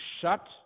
shut